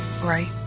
right